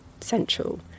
central